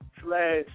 slash